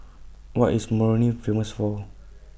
What IS Moroni Famous For